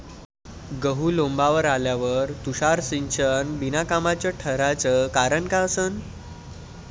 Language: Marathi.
गहू लोम्बावर आल्यावर तुषार सिंचन बिनकामाचं ठराचं कारन का असन?